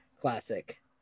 Classic